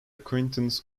acquaintance